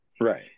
Right